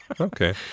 Okay